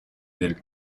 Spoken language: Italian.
del